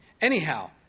Anyhow